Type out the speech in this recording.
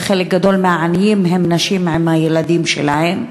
וחלק גדול מהעניים הם נשים עם הילדים שלהן.